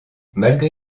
malgré